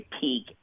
Peak